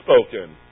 spoken